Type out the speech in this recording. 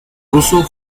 ruso